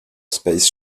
space